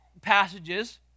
passages